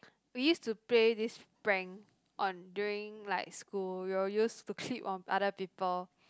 we use to play this prank on during like school we will use to clip on other people